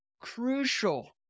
crucial